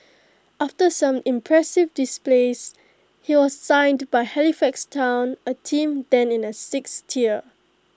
after some impressive displays he was signed by Halifax Town A team then in the sixth tier